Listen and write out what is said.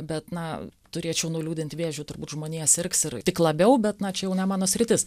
bet na turėčiau nuliūdint vėžiu turbūt žmonija sirgs ir tik labiau bet na čia jau ne mano sritis